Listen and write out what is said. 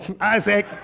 Isaac